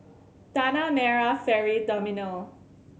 Tanah Merah Ferry Terminal